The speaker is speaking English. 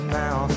now